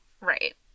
Right